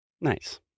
Nice